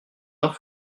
uns